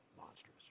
Monstrous